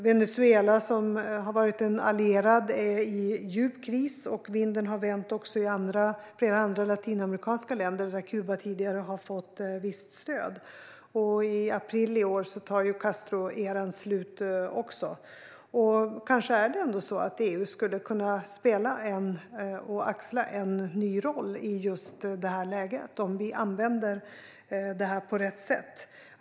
Venezuela, som har varit en allierad, är i djup kris, och vinden har vänt också i flera andra latinamerikanska länder, där Kuba tidigare fått visst stöd. I april i år tar också Castroeran slut. Kanske skulle EU ändå kunna axla en ny roll i just det här läget, om vi använder det hela på rätt sätt.